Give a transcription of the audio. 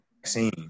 vaccine